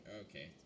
Okay